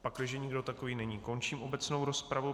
Pakliže nikdo takový není, končím obecnou rozpravu.